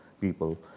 people